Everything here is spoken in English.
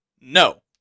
No